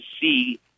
see